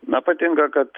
na patinka kad